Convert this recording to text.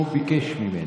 הוא ביקש ממני,